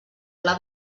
pla